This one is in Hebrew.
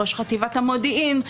ראש חטיבת המודיעין,